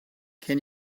can